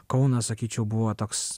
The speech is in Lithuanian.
kaunas sakyčiau buvo toks